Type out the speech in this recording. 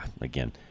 again